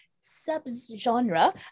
sub-genre